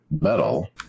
metal